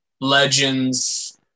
legends